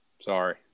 Sorry